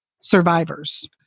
survivors